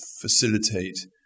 facilitate